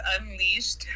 unleashed